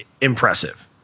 impressive